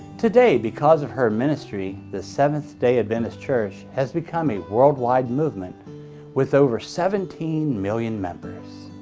today, because of her ministry, the seventh-day adventist church has become a worldwide movement with over seventeen million members.